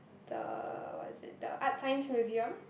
the what is it the ArtScience Museum